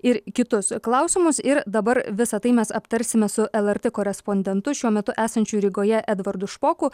ir kitus klausimus ir dabar visa tai mes aptarsime su lrt korespondentu šiuo metu esančiu rygoje edvardu špoku